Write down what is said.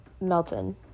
melton